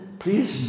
please